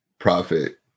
profit